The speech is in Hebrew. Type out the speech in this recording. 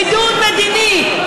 בידוד מדיני.